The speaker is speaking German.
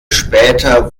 später